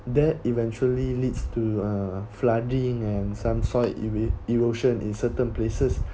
that eventually leads to uh flooding and some soil ero~ erosion in certain places